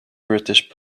british